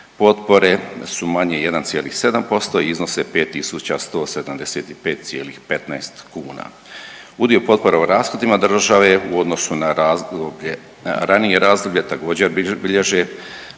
potpore su manje 1,7% iznose 5.175,15 kuna. Udio potpora u rashodima države u odnosu na ranije razdoblje također bilježe